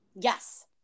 Yes